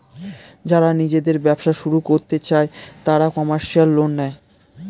যারা নিজেদের ব্যবসা শুরু করতে চায় তারা কমার্শিয়াল লোন নেয়